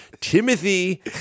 Timothy